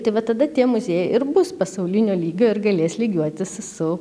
tai va tada tie muziejai ir bus pasaulinio lygio ir galės lygiuotis su